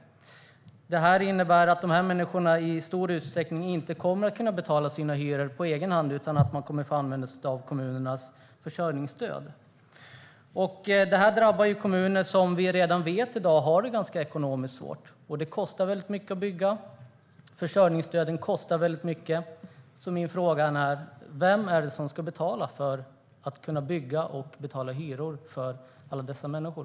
Det innebär att de nyanlända i stor utsträckning inte kommer att kunna betala sin hyra på egen hand, utan de kommer att få använda sig av kommunernas försörjningsstöd. Det drabbar kommuner som vi vet redan har det ekonomiskt ganska svårt. Det kostar mycket att bygga, och försörjningsstödet kostar mycket. Min fråga är: Vem är det som ska betala för att kunna bygga och betala hyror för alla dessa människor?